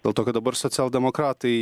dėl to kad dabar socialdemokratai